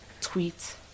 Tweet